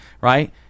Right